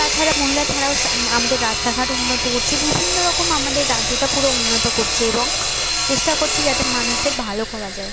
তাছাড়া মহিলা ছাড়াও সাম্ আমাদের রাস্তাঘাট উন্নত করছে বিভিন্ন রকম আমাদের রাজ্যটা পুরো উন্নত করছে এবং চেষ্টা করছে যাতে মানুষদের ভালো করা যায়